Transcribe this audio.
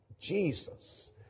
Jesus